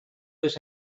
was